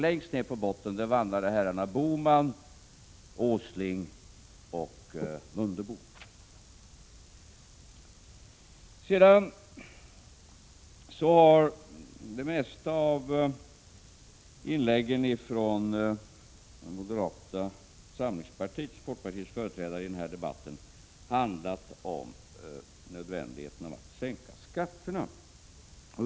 Längst ned på botten vandrade herrarna Bohman, Åsling och Mundebo. Det mesta i inläggen från moderata samlingspartiets och folkpartiets företrädare i denna debatt har handlat om nödvändigheten av att sänka skatterna.